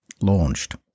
launched